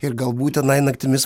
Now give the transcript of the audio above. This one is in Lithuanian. ir galbūt tenai naktimis